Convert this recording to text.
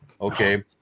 okay